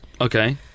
Okay